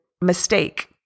mistake